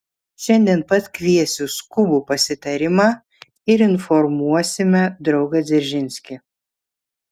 šiandien pat kviesiu skubų pasitarimą ir informuosime draugą dzeržinskį